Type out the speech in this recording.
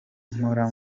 mpora